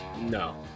no